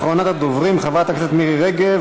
אחרונת הדוברים, חברת הכנסת מירי רגב.